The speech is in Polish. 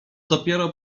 dopiero